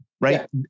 right